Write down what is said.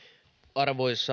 arvoisa